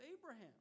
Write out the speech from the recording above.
Abraham